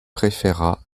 préféra